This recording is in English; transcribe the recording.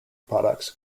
products